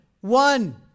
one